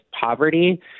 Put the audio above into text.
poverty